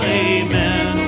amen